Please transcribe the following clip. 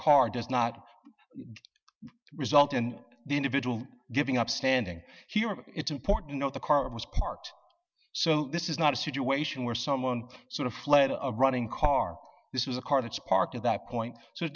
car does not result in the individual giving up standing here but it's important to note the car was parked so this is not a situation where someone sort of fled a running car this was a car that's parked at that point so